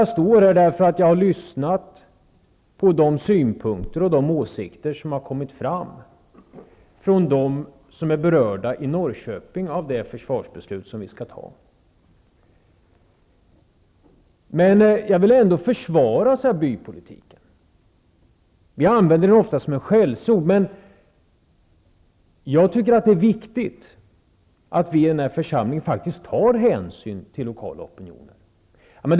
Jag står här därför att jag har lyssnat på de åsikter och synpunkter som har framkommit från dem som är berörda i Norrköping av det försvarsbeslut som nu skall fattas. Jag vill ändå försvara bypolitiken. Bypolitik används ofta som ett skällsord. Jag tycker att det är viktigt att vi i den här församlingen faktiskt tar hänsyn till lokala opinioner.